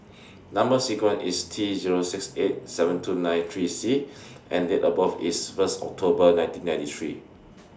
Number sequence IS T Zero six eight seven two nine three C and Date of birth IS one October nineteen ninety three